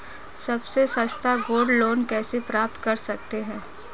सबसे सस्ता gold loan कैसे प्राप्त कर सकते हैं?